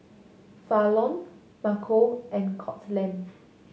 Falon Marco and Courtland